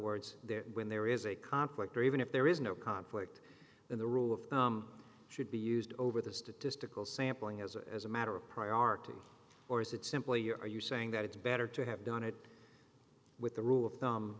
words there when there is a conflict or even if there is no conflict in the rule of should be used over the statistical sampling as a as a matter of priority or is it simply are you saying that it's better to have done it with the rule